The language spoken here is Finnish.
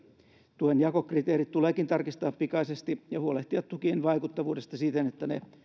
tuen jakokriteerit tuleekin tarkistaa pikaisesti ja huolehtia tukien vaikuttavuudesta siten että ne